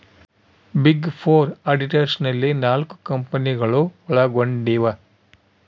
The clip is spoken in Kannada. ಬಿಗ್ ಫೋರ್ ಆಡಿಟರ್ಸ್ ನಲ್ಲಿ ನಾಲ್ಕು ಕಂಪನಿಗಳು ಒಳಗೊಂಡಿವ